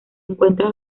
encuentra